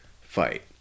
fight